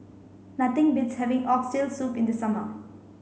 nothing beats having oxtail soup in the summer